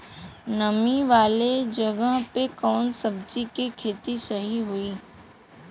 नामी वाले जगह पे कवन सब्जी के खेती सही होई?